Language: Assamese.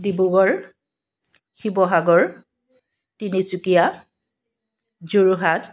ডিব্ৰুগড় শিৱসাগৰ তিনিচুকীয়া যোৰহাট